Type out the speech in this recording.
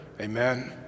Amen